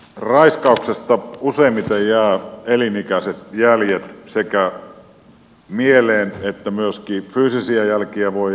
raiskauksesta useimmiten jää elinikäiset jäljet mieleen ja myöskin fyysisiä jälkiä voi jäädä